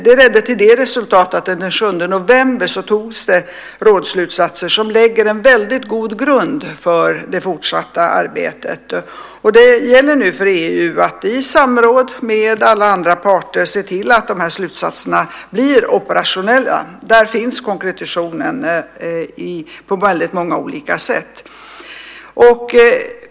Det ledde till att vi den 7 november antog rådsslutsatser som lägger en god grund för det fortsatta arbetet. Det gäller nu för EU att i samråd med alla andra parter se till att slutsatserna blir operationella. Där finns konkretionen på många olika sätt.